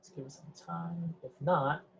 some time. if not,